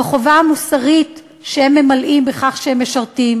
בחובה המוסרית שהם ממלאים בכך שהם משרתים,